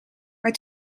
maar